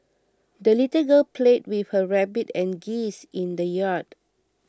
the little girl played with her rabbit and geese in the yard